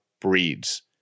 breeds